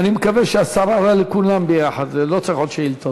אני מקווה שהשר ענה לכולם יחד, לא צריך עוד שאלות.